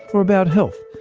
or about health,